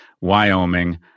Wyoming